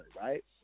right